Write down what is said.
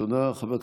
תודה.